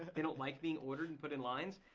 they don't like being ordered and put in lines.